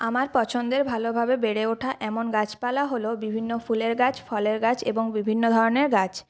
আমার পছন্দের ভালোভাবে বেড়ে ওঠা এমন গাছপালা হল বিভিন্ন ফুলের গাছ ফলের গাছ এবং বিভিন্ন ধরনের গাছ